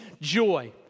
joy